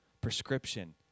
prescription